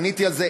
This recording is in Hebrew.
עניתי על זה.